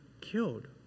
killed